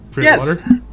Yes